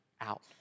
out